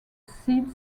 seed